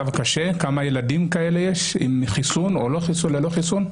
מחוסנים או לא-מחוסנים?